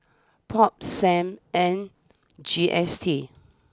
Pop Sam and G S T